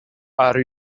are